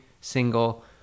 single